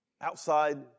outside